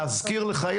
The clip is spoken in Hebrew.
להזכיר לך,